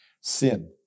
sin